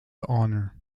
honour